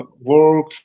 work